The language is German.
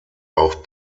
auch